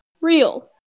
real